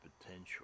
potential